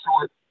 short